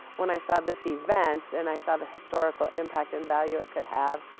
when i saw this event, and i saw the historical impact and value it could have,